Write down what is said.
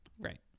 right